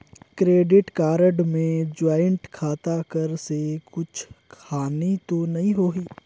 Credit card मे joint खाता कर से कुछ हानि तो नइ होही?